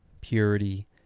purity